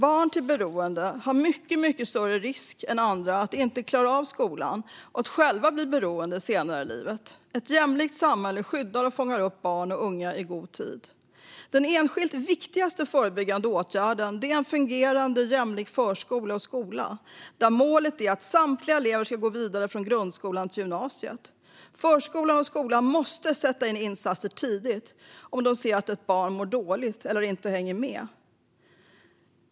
Barn till beroende har mycket större risk än andra att inte klara av skolan och att själva bli beroende senare i livet. Ett jämlikt samhälle skyddar och fångar upp barn och unga i god tid. Den enskilt viktigaste förebyggande åtgärden är en fungerande, jämlik förskola och skola, där målet är att samtliga elever ska gå vidare från grundskolan till gymnasiet. Förskolan och skolan måste sätta in insatser tidigt om de ser att ett barn mår dåligt eller inte hänger med.